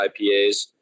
IPAs